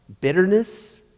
Bitterness